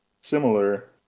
similar